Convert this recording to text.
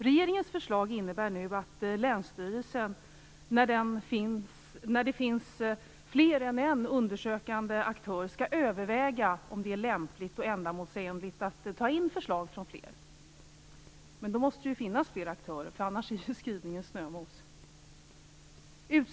Regeringens förslag innebär nu, att när det finns fler än en utövande aktör skall länsstyrelsen överväga om det är lämpligt och ändamålsenligt att ta in förslag från fler. Men då måste det finnas fler aktörer - annars är skrivningen snömos.